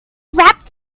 wrapped